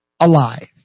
alive